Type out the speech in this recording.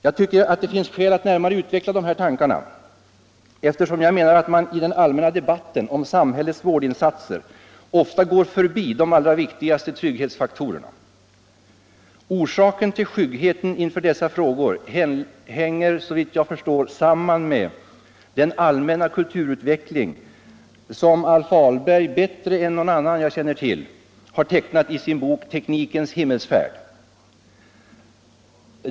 Jag tycker det finns skäl att närmare utveckla dessa tankar, eftersom jag menar att man i den allmänna debatten om samhällets vårdinsatser ofta går förbi de allra viktigaste trygghetsfaktorerna. Orsakerna till skyggheten inför dessa frågor hänger enligt min mening samman med den allmänna kulturutveckling som AIf Ahlberg bättre än någon annan jag känner till har tecknat i sin bok Teknikens himmelsfärd.